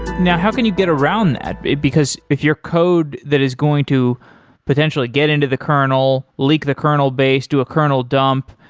now, how can you get around that? because if your code that is going to potentially get into the kernel, leak the kernel base, do a kernel dump.